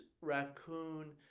Raccoon